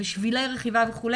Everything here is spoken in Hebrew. שבילי רכיבה וכו',